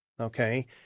Okay